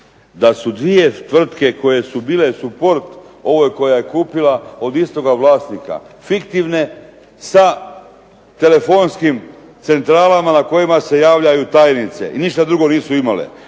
da su dvije tvrtke koje su bile suport ove koja je kupila od istoga vlasnika fiktivne sa telefonskim centralama na kojima se javljaju tajnice i ništa drugo nisu imale.